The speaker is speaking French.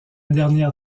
dernière